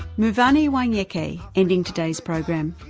muthoni wanyeti, ending today's program.